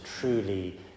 truly